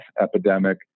epidemic